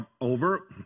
over